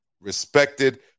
respected